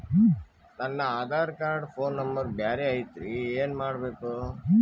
ನನ Aadhaar card phone number ಬ್ಯಾರೆ ಐತ್ರಿ ಏನ ಮಾಡಬೇಕು?